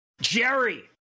Jerry